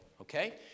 Okay